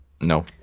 no